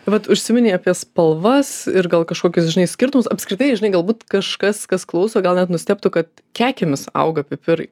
vat užsiminei apie spalvas ir gal kažkokius žinai skirtumus apskritai žinai galbūt kažkas kas klauso gal net nustebtų kad kekėmis auga pipirai